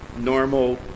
normal